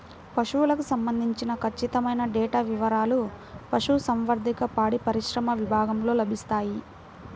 పశువులకు సంబంధించిన ఖచ్చితమైన డేటా వివారాలు పశుసంవర్ధక, పాడిపరిశ్రమ విభాగంలో లభిస్తాయి